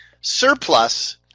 Surplus